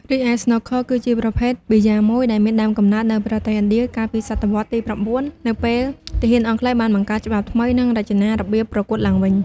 រីឯស្នូកឃឺ គឺជាប្រភេទប៊ីយ៉ាមួយ ដែលមានដើមកំណើតនៅប្រទេសឥណ្ឌា កាលពីសតវត្សទី ៩ នៅពេលទាហានអង់គ្លេសបានបង្កើតច្បាប់ថ្មី និងរចនារបៀបប្រកួតឡើងវិញ។